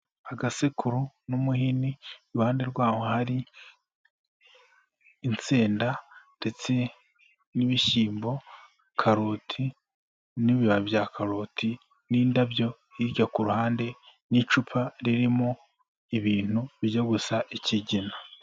Agasekuru n'umuhini, iruhande rwaho hari insenda ndetse n'ibishyimbo, karoti n'ibibabi bya karoti n'indabyo, hirya ku ruhande n'icupa ririmo ibintu bijya gusa ikigina.